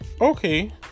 Okay